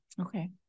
Okay